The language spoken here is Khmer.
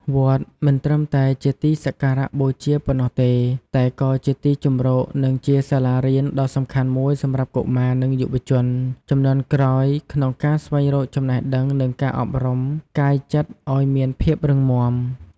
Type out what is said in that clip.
វត្តមិនត្រឹមតែជាទីសក្ការបូជាប៉ុណ្ណោះទេ តែក៏ជាទីជម្រកនិងជាសាលារៀនដ៏សំខាន់មួយសម្រាប់កុមារនិងយុវជនជំនាន់ក្រោយក្នុងការស្វែងរកចំណេះដឹងនិងការអប់រំកាយចិត្តឲ្យមានភាពរឹងមាំ។